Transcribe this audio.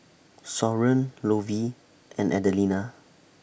Soren Lovey and Adelina